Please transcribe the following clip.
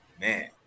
man